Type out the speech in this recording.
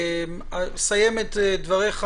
סיים את דבריך.